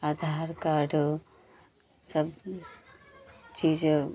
आधार card सब चीज